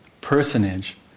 personage